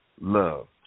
love